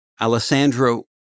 Alessandro